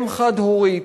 אם חד-הורית,